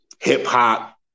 hip-hop